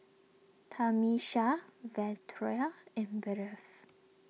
Tamisha Valeria and Bev